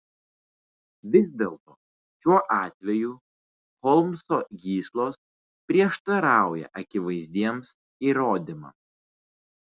vis dėlto šiuo atveju holmso gyslos prieštarauja akivaizdiems įrodymams